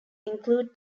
include